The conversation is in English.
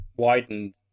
widened